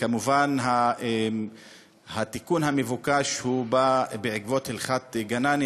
כמובן התיקון המבוקש בא בעקבות הלכת גנני,